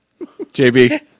JB